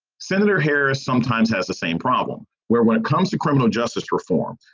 senator harris sometimes has the same problem where when it comes to criminal justice reform,